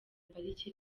pariki